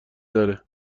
داره